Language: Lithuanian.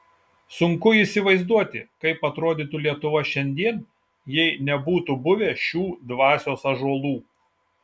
sunku įsivaizduoti kaip atrodytų lietuva šiandien jei nebūtų buvę šių dvasios ąžuolų